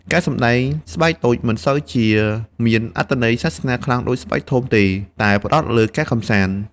ការសម្ដែងស្បែកតូចមិនសូវជាមានអត្ថន័យសាសនាខ្លាំងដូចស្បែកធំទេ តែផ្តោតលើការកម្សាន្ត។